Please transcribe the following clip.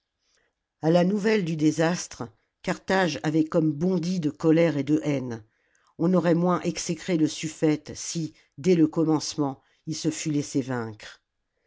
a la nouvelle du désastre carthage avait comme bondi de colère et de haine on aurait moins exécré le sujffète si dès le commencement il se fût laissé vaincre